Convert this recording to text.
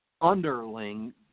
underling